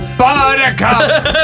buttercup